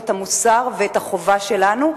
המוסר והחובה שלנו,